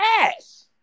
ass